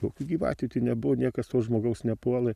kokių gyvatių tį nebuvo niekas to žmogaus nepuolė